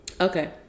Okay